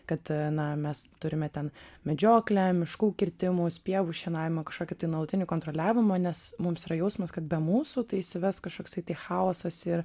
kad na mes turime ten medžioklę miškų kirtimus pievų šienavimą kažkokį tai nuolatinį kontroliavimą nes mums yra jausmas kad be mūsų tai įsives kažkoksai chaosas ir